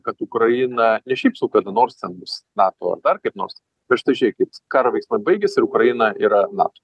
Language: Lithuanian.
kad ukraina ne šiaip sau kada nors ten bus nato ar dar kaip nors bet štai žiūrėkit karo veiksmai baigiasi ir ukraina yra nato